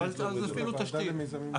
אז אפילו תשתית.